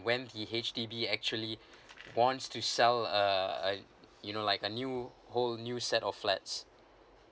when the H_D_B actually wants to sell uh you know like a new whole new set of flats